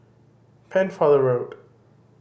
Pennefather Road